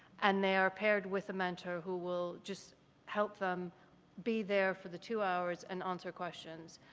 and they are paired with a mentor who will just help them be there for the two hours and answer questions.